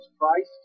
Christ